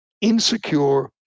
Insecure